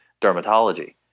dermatology